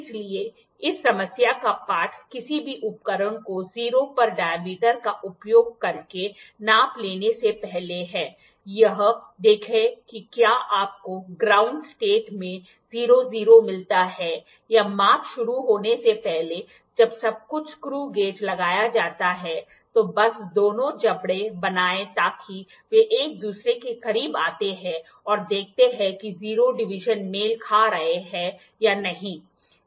इसलिए इस समस्या का पाठ किसी भी उपकरण को 0 पर डायमीटर का उपयोग करके नाप लेने से पहले है यह देखें कि क्या आपको ग्राउंड स्टेट में 00 मिलता है या माप शुरू होने से पहले जब सब कुछ स्क्रूगेज लगाया जाता है तो बस दोनों जबड़े बनाएं ताकि वे एक दूसरे के करीब आते हैं और देखते हैं कि 0 डिवीजन मेल खा रहे हैं या नहीं